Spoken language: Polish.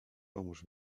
pomóż